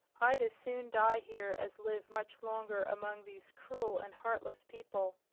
i'd as soon die here as live much longer among these cruel and heartless people.